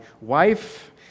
wife